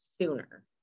sooner